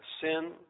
sin